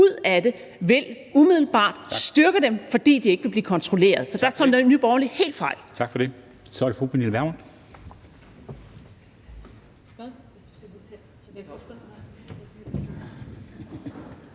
ud af det vil umiddelbart styrke dem, fordi de ikke vil blive kontrolleret. Så der tager Nye Borgerlige helt fejl. Kl. 13:27 Formanden (Henrik Dam